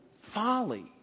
folly